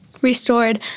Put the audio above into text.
restored